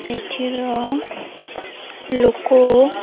ସେଥିର ଲୋକ